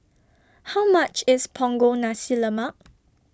How much IS Punggol Nasi Lemak